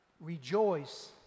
rejoice